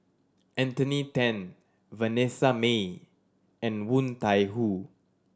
Anthony Then Vanessa Mae and Woon Tai Ho